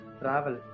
Travel